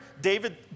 David